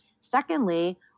Secondly